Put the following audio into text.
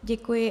Děkuji.